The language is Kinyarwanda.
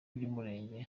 by’umurenge